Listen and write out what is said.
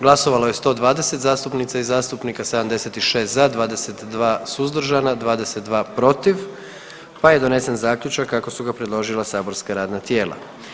Glasovalo je 120 zastupnica i zastupnika, 76 za, 22 suzdržana i 22 protiv pa je donesen zaključak kako su ga predložila saborska matična radna tijela.